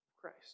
Christ